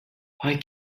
why